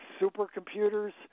supercomputers